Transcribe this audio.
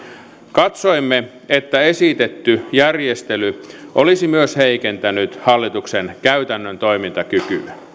katsoimme että esitetty järjestely olisi myös heikentänyt hallituksen käytännön toimintakykyä